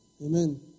Amen